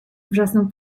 wrzasnął